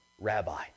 Rabbi